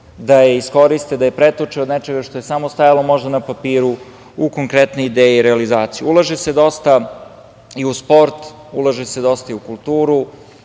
da je iskoriste, da je pretoče od nečega što je samo stajalo možda na papiru, u konkretne ideje i realizaciju. Ulaže se dosta i u sport, ulaže se dosta i u kulturu,